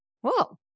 whoa